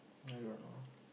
I don't know